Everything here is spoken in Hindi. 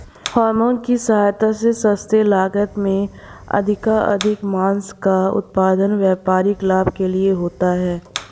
हॉरमोन की सहायता से सस्ते लागत में अधिकाधिक माँस का उत्पादन व्यापारिक लाभ के लिए होता है